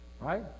Right